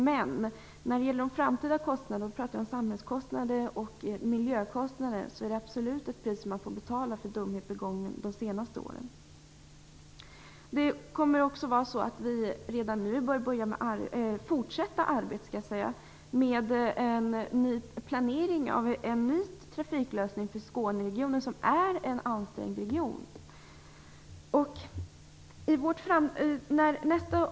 Men när det gäller de framtida kostnaderna - då pratar vi om samhällskostnader och miljökostnader - är det absolut ett pris man får betala för dumhet begången de senaste åren. Vi bör redan nu fortsätta arbetet med en planering av en ny trafiklösning för Skåneregionen, som är en ansträngd region.